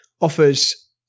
offers